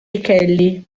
kelly